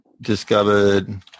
discovered